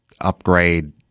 upgrade